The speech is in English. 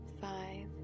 five